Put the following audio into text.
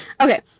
Okay